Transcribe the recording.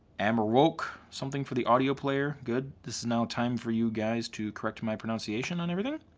amarok, something for the audio player, good. this is now time for you guys to correct my pronunciation and everything,